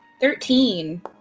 Thirteen